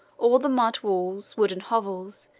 or the mud walls, wooden hovels,